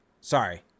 Sorry